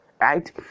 right